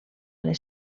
les